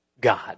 God